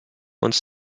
uns